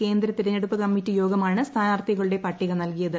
കേന്ദ്ര തെരഞ്ഞെടുപ്പ് കമ്മിറ്റി യോഗമാണ സ്ഥാനാർത്ഥികളുടെ പട്ടിക നൽകിയത്